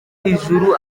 ijuru